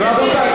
רבותי.